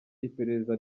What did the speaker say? iperereza